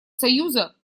союза